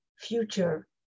future